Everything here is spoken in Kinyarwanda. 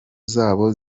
zoba